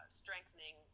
strengthening